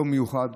יום מיוחד,